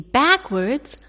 backwards